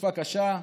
תקופה קשה,